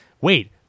wait